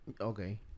Okay